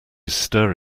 stir